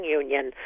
union